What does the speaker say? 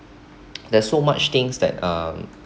there's so much things that um